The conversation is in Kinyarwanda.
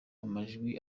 amajwi